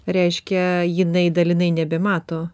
reiškia jinai dalinai nebemato